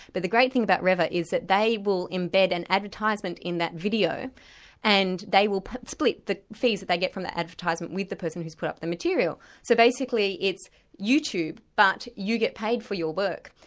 but the great thing about revver is that they will embed an advertisement in that video and they will split the fees that they get from the advertisement with the person who's put up the material. so basically, it's youtube but you get paid for your work,